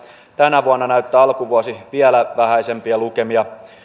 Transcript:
tänä vuonna näyttää alkuvuosi vielä vähäisempiä lukemia